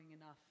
enough